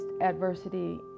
adversity